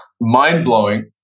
mind-blowing